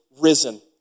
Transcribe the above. risen